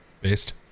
Based